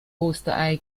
osterei